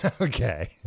Okay